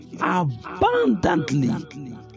abundantly